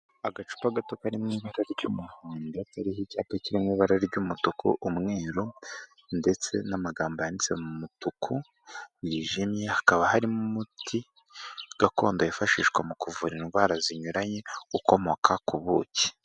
Agacupa gato karimo ibara ry'umuhondo hariho icyapa kirimo ibara ry'umutuku umweru ndetse n'amagambo yanditse mu mutuku wijimye hakaba harimo umuti gakondo yifashishwa mu kuvura indwara zinyuranye ukomoka ku buki.